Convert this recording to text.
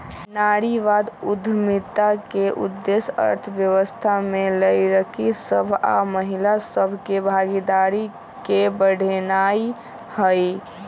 नारीवाद उद्यमिता के उद्देश्य अर्थव्यवस्था में लइरकि सभ आऽ महिला सभ के भागीदारी के बढ़ेनाइ हइ